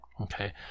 Okay